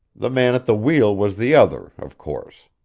the man at the wheel was the other, of course.